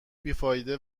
بیفایده